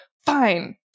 fine